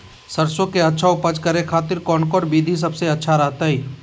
सरसों के अच्छा उपज करे खातिर कौन कौन विधि सबसे अच्छा रहतय?